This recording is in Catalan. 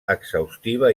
exhaustiva